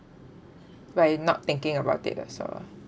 by not thinking about it also